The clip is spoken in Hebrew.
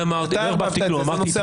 לא ערבבתי כלום.